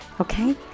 okay